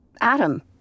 Adam